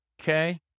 Okay